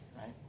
right